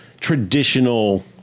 traditional